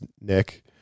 Nick